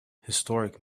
historic